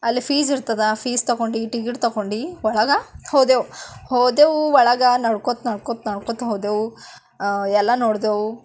ಅಲ್ಲಿ ಫೀಝ್ ಇರ್ತದ ಫೀಸ್ ತಕೊಂಡು ಟಿಕೆಟ್ ತಕೊಂಡು ಒಳಗೆ ಹೋದೆವು ಹೋದೆವು ಒಳಗೆ ನಡ್ಕೊಳ್ತಾ ನಡ್ಕೊಳ್ತಾ ನಡ್ಕೊಳ್ತಾ ಹೋದೆವು ಎಲ್ಲ ನೋಡಿದೆವು